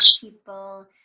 people